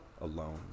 alone